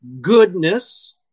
Goodness